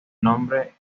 nombre